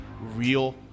real